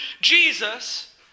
Jesus